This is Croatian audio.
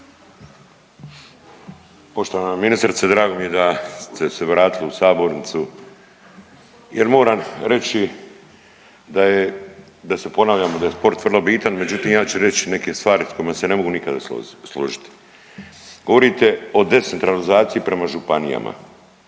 Poštovana ministrice, drago mi je da ste se vratili u sabornici jel moram reći da se ponavljamo da je sport vrlo bitan, međutim ja ću reć neke stvari s kojima se ne mogu nikada složiti. Govorite od 10 realizaciji prema županijama,